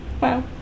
Wow